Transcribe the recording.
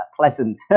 pleasant